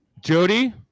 Jody